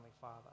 father